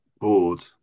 bored